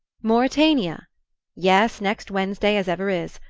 mauretania yes, next wednesday as ever is.